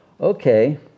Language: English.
Okay